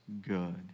good